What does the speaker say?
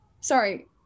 Sorry